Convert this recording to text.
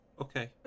Okay